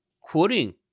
quoting